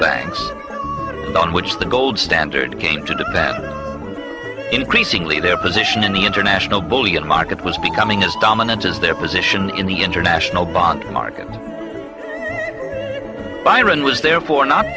banks on which the gold standard came to the then increasingly their position in the international bullion market was becoming as dominant as their position in the international bond market byron was therefore not